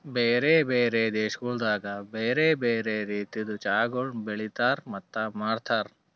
ಬ್ಯಾರೆ ಬ್ಯಾರೆ ದೇಶಗೊಳ್ದಾಗ್ ಬ್ಯಾರೆ ಬ್ಯಾರೆ ರೀತಿದ್ ಚಹಾಗೊಳ್ ಬೆಳಿತಾರ್ ಮತ್ತ ಮಾರ್ತಾರ್